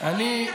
לפתוח את החוק,